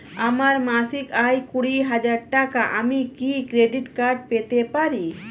আমার মাসিক আয় কুড়ি হাজার টাকা আমি কি ক্রেডিট কার্ড পেতে পারি?